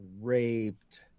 raped